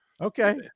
Okay